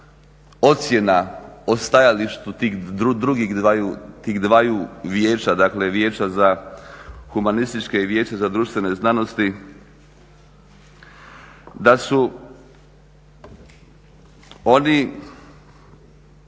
ocjena o stajalištu tih drugih dvaju vijeća, dakle Vijeća za humanističke i Vijeća za društvene znanosti, da su oni